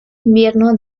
invierno